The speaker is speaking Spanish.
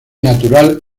natural